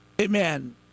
amen